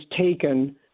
taken